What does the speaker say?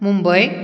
Mumbai